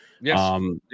Yes